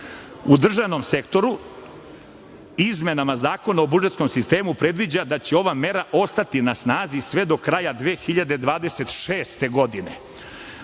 u državnom sektoru. Izmenama zakona o budžetskom sistemu predviđa da će ova mera ostati na snazi sve do kraj 2026. godine.